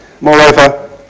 Moreover